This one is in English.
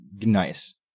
nice